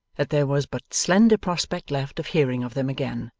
that there was but slender prospect left of hearing of them again,